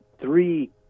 three